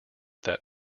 that